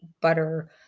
butter